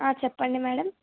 చెప్పండి మేడమ్